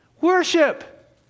Worship